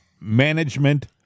management